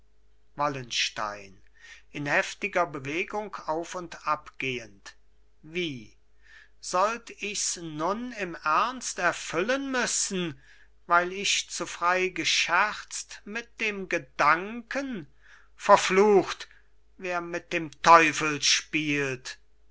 wallenstein in heftiger bewegung auf und ab gehend wie sollt ichs nun in ernst erfüllen müssen weil ich zu frei gescherzt mit dem gedanken verflucht wer mit dem teufel spielt